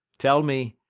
tell me,